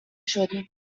شدیم